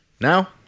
Now